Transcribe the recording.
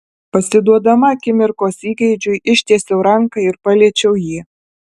pasiduodama akimirkos įgeidžiui ištiesiau ranką ir paliečiau jį